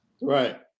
Right